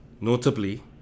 notably